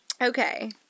Okay